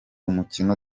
umukino